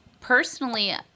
Personally